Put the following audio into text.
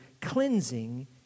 cleansing